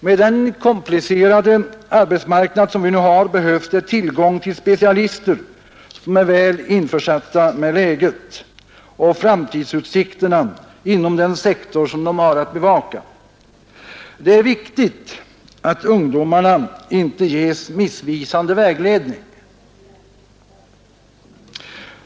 Med den komplicerade arbetsmarknad som vi nu har behövs det tillgång till specialister som är väl insatta i läget och framtidsutsikterna inom den sektor som de har att bevaka. Det är viktigt att ungdomarna inte ges missvisande vägledning.